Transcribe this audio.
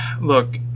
Look